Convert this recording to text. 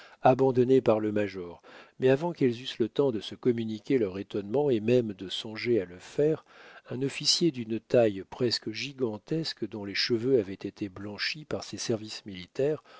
abandonnées par le major mais avant qu'elles eussent le temps de se communiquer leur étonnement et même de songer à le faire un officier d'une taille presque gigantesque dont les cheveux avaient été blanchis par ses services militaires